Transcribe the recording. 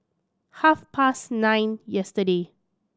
half past nine yesterday